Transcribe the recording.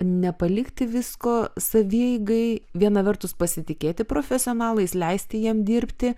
nepalikti visko savieigai viena vertus pasitikėti profesionalais leisti jiem dirbti